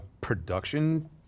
production